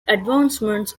advancements